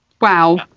Wow